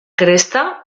cresta